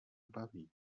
baví